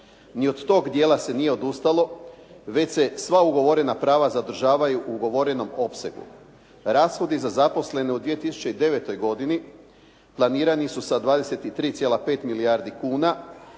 Ni od tog dijela se nije odustalo, već se sva ugovorena prava zadržavaju u ugovorenom opsegu. Rashodi za zaposlene u 2009. godini planirani su sa 23,5 milijardi kuna,